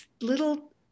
little